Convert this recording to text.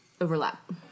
overlap